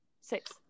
six